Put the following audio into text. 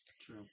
True